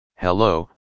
Hello